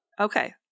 Okay